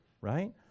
right